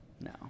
No